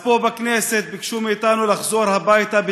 אז פה בכנסת ביקשו מאתנו לחזור הביתה.